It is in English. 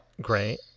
Great